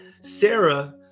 Sarah